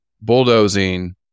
bulldozing